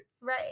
Right